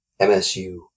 MSU